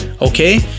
okay